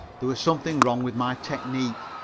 there was something wrong with my technique.